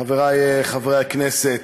חברי חברי הכנסת,